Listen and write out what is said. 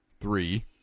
three